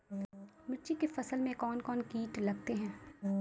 मिर्ची के फसल मे कौन कौन कीट लगते हैं?